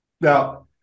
Now